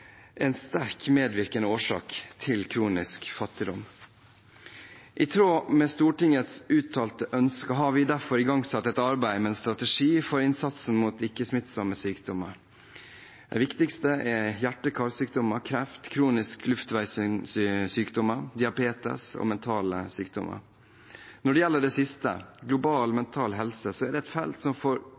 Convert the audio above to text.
en sterkt medvirkende årsak til kronisk fattigdom. I tråd med Stortingets uttalte ønske har vi derfor igangsatt et arbeid med en strategi for innsatsen mot ikke-smittsomme sykdommer. De viktigste er hjerte- og karsykdommer, kreft, kroniske luftveissykdommer, diabetes og mentale sykdommer. Når det gjelder dette siste – global mental helse – er det et felt som får